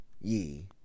ye